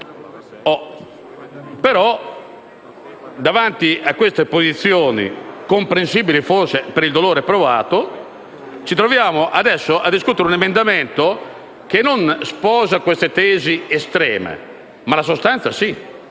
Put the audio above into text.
Davanti a queste posizioni comprensibili per il dolore provato, ci troviamo adesso a discutere di un emendamento che non sposa queste tesi estreme, anche se nella sostanza è